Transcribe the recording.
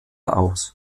aus